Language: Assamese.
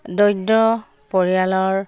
দৰিদ্ৰ পৰিয়ালৰ